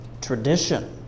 tradition